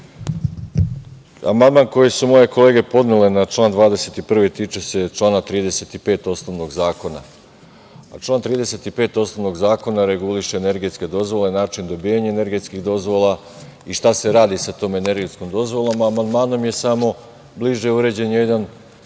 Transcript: amandman koji su moje kolege podnele na član 21. tiče se člana 35. osnovnog zakona. Član 35. osnovnog zakona reguliše energetske dozvole, način dobijanja energetskih dozvola i šta se radi sa tom energetskom dozvolom, a amandmanom je samo bliže uređen jedan